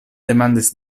demandis